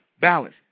balance